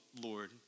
Lord